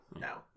no